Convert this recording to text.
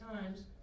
times